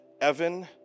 evan